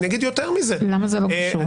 למה זה לא קשור?